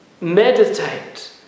meditate